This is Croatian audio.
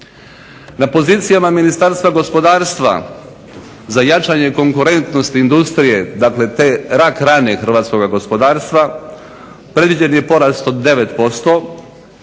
na pozicijama Ministarstva gospodarstva za jačanje konkurentnosti industrije dakle te rak rane hrvatskog gospodarstva predviđen je porast od 9%,